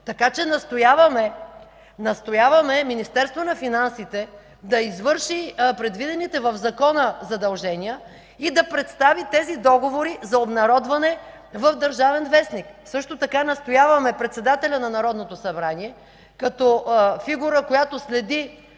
Така че настояваме Министерството на финансите да извърши предвидените в закона задължения и да представи тези договори за обнародване в „Държавен вестник”. Също така настояваме председателят на Народното събрание като фигура, която следи